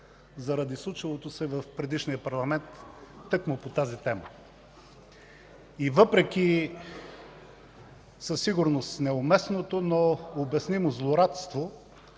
заради случилото се в предишния парламент тъкмо по тази тема, и въпреки със сигурност неуместното, но обяснимо злорадство,